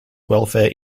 welfare